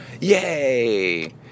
Yay